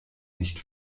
nicht